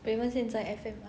raymond 现在 F_M_I